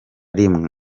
rimwe